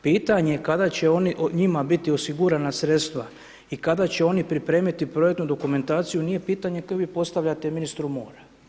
Pitanje je kada će njima biti osigurana sredstva i kada će oni pripremiti projektnu dokumentaciju, nije pitanje koje vi postavljate ministru mora.